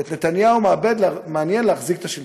ואת נתניהו מעניין להחזיק את השלטון.